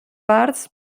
parts